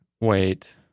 Wait